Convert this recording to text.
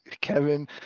Kevin